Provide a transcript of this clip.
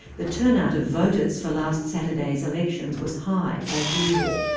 the turnout of voters for last saturday's elections was high, as usual,